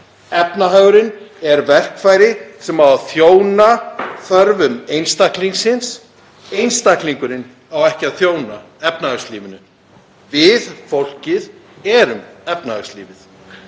Efnahagurinn er verkfæri sem á að þjóna þörfum einstaklingsins. Einstaklingurinn á ekki að þjóna efnahagslífinu. Við, fólkið, erum efnahagslífið.